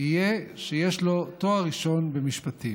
יהיה שיש לו תואר ראשון במשפטים.